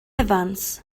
evans